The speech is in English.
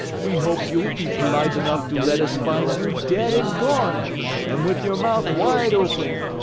we hope you'll be polite enough to let us find you dead and gone and with your mouth wide open.